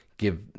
Give